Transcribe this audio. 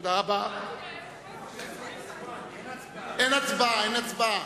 אין הצבעה.